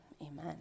Amen